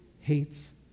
hates